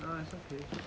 no ah it's okay